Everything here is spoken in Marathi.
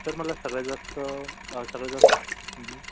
सर मला सगळ्यात जास्त सगळ्यात जास्त